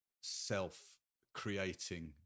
self-creating